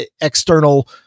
external